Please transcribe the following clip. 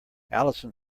allison